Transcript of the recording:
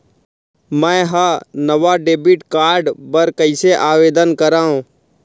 मै हा नवा डेबिट कार्ड बर कईसे आवेदन करव?